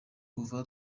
kuva